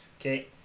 Okay